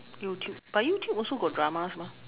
YouTube but YouTube also got dramas mah